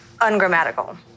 Ungrammatical